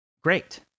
great